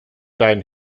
dein